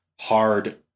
hard